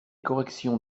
correction